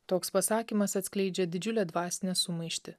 toks pasakymas atskleidžia didžiulę dvasinę sumaištį